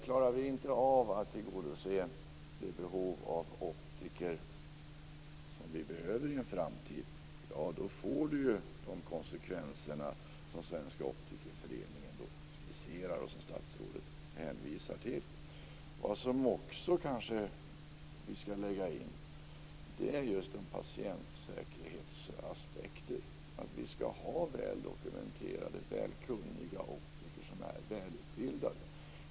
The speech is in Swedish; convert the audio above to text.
Klarar vi inte av att tillgodose det behov av optiker som vi kommer att ha i framtiden får det de konsekvenser som Svenska optikerföreningen skisserar och som statsrådet hänvisar till. Vad som också skall läggas in är patientsäkerhetsaspekter. Vi skall ha kunniga optiker som är välutbildade.